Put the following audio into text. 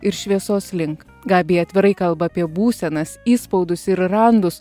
ir šviesos link gabija atvirai kalba apie būsenas įspaudus ir randus